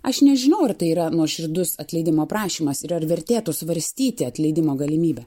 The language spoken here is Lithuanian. aš nežinau ar tai yra nuoširdus atleidimo prašymas ir ar vertėtų svarstyti atleidimo galimybę